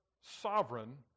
sovereign